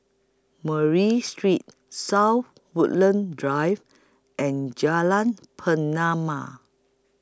Murray Street South Woodlands Drive and Jalan Pernama